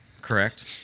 Correct